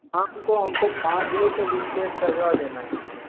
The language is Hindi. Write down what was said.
हाँ हमको हमको पाँच बजे तक इस्टेज सजवा देना है पूरे